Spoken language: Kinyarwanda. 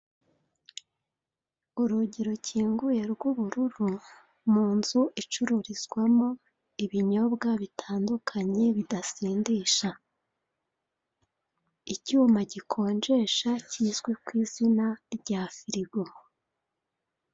Urugi rukinguye rw'ubururu, mu nzu icururizwamo ibinyobwa bitandukanye bidasindisha. Icyuma gikonjesha kizwi ku izina rya firigo.